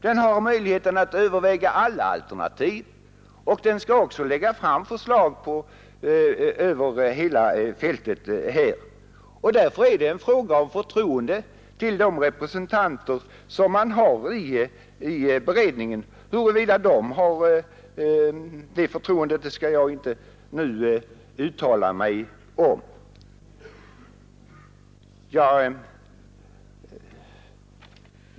Den har möjlighet att överväga alla alternativ, och den skall lägga fram förslag över hela fältet. Här är det därför en fråga om vilket förtroende man hyser för de representanter man har i beredningen. Huruvida de åtnjuter sina partiers förtroende kan jag inte nu uttala mig om.